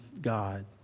God